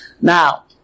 Now